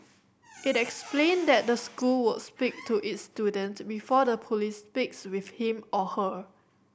it explained that the school would speak to its student before the police speaks with him or her